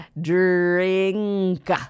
DRINK